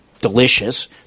delicious